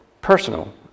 personal